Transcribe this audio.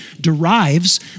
derives